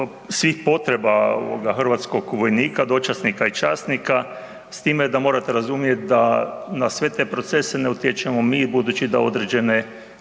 svih potreba hrvatskog vojnika, dočasnika i časnika s time da morate razumjeti da na sve te procese ne utječemo mi budući da određene